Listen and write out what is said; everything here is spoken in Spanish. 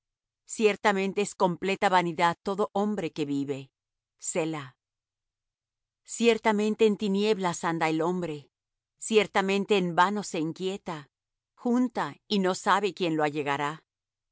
ciertamente es completa vanidad todo hombre que vive selah ciertamente en tinieblas anda el hombre ciertamente en vano se inquieta junta y no sabe quién lo allegará